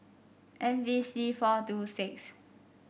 M V C four two six